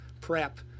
prep